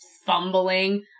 Fumbling